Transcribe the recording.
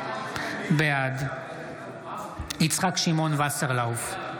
בעד יצחק שמעון וסרלאוף,